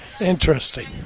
Interesting